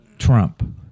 Trump